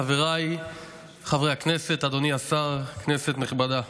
חבריי חברי הכנסת, אדוני השר, כנסת נכבדה,